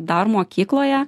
dar mokykloje